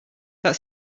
that